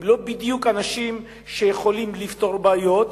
הם לא בדיוק אנשים שיכולים לפתור בעיות,